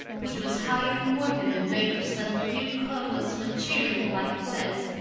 which was high and pointed and made of some clear colorless material like glass,